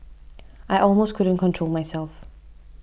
I almost couldn't control myself